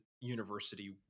university